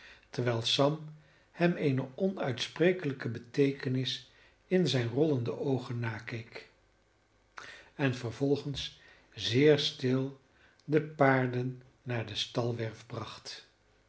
terwijl sam hem eene onuitsprekelijke beteekenis in zijn rollende oogen nakeek en vervolgens zeer stil de paarden naar de